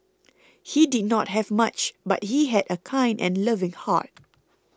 he did not have much but he had a kind and loving heart